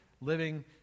living